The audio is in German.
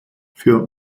für